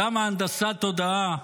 כמה הנדסת תודעה.